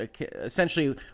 essentially